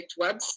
website